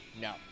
no